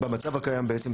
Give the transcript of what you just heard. במצב הקיים בעצם,